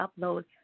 upload